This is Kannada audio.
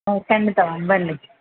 ಹ್ಞೂ ಖಂಡಿತ ಮ್ಯಾಮ್ ಬನ್ನಿ